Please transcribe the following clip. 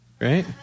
right